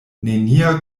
nenia